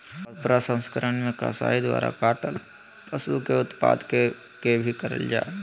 उत्पाद प्रसंस्करण मे कसाई द्वारा काटल पशु के उत्पाद के भी करल जा हई